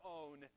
own